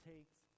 Takes